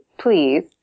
please